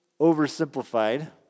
oversimplified